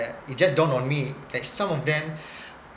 it just dawned on me like some of them